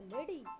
lady